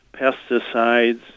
pesticides